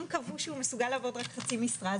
אם קבעו שהוא מסוגל לעבוד רק חצי משרה,